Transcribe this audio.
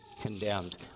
condemned